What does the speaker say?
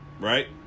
Right